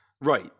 Right